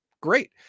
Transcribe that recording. great